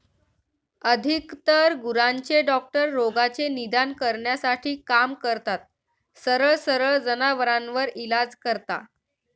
अधिकतर गुरांचे डॉक्टर रोगाचे निदान करण्यासाठी काम करतात, सरळ सरळ जनावरांवर इलाज करता